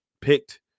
picked